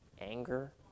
anger